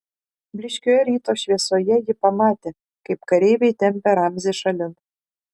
blyškioje ryto šviesoje ji pamatė kaip kareiviai tempia ramzį šalin